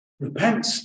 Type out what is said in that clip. Repent